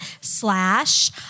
slash